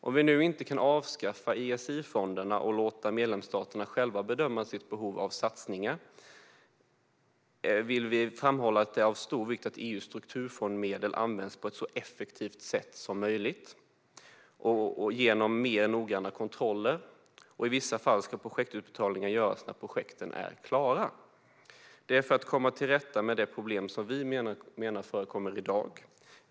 Om det nu inte går att avskaffa ESI-fonderna och låta medlemsstaterna själva bedöma sitt behov av satsningar vill vi framhålla att det är av stor vikt att EU:s strukturfondsmedel används på ett så effektivt sätt som möjligt genom mer noggranna kontroller. I vissa fall ska projektutbetalningar göras när projekten är klara, detta för att komma till rätta med de problem som vi menar förekommer i dag.